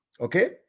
Okay